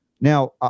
Now